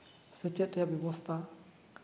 ᱥᱮᱪᱮᱫ ᱨᱮᱭᱟᱜ ᱵᱮᱵᱚᱥᱛᱷᱟ